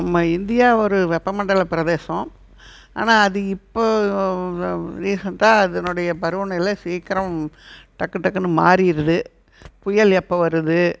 நம்ம இந்தியா ஒரு வெப்ப மண்டலப்பிரதேசம் ஆனால் அது இப்போ ரீசெண்ட்டாக அதனுடைய பருவநிலை சீக்கரம் டக்கு டக்குனு மாறிடுது புயல் எப்போ வருது